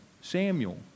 Samuel